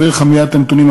אעביר לך מייד את הנתונים,